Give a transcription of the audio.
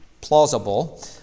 plausible